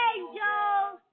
Angels